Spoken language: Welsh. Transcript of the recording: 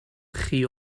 chi